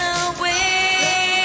away